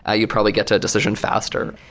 ah you probably get to a decision faster.